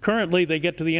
currently they get to the